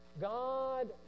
God